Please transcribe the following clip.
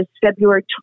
February